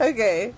Okay